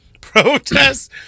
Protests